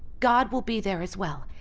god will be there as well.